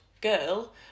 girl